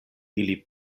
ili